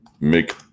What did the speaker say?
make